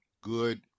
good